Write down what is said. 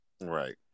Right